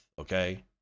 okay